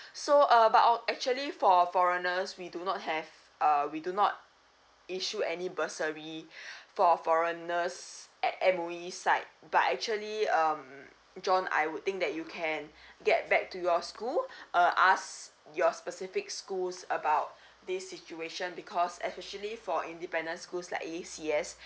so uh but uh actually for foreigners we do not have uh we do not issue any bursary for foreigners at M_O_E side but actually um john I would think that you can get back to your school uh ask your specific schools about this situation because especially for independent school like A_C_S